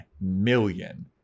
million